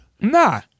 Nah